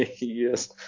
yes